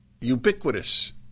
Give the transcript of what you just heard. ubiquitous